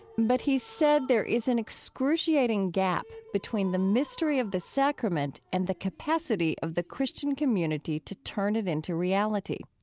but he's said there is an excruciating gap between the mystery of the sacrament and the capacity of the christian community to turn it into reality.